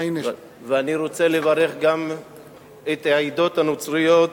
ואני רוצה לברך גם את העדות הנוצריות